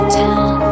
town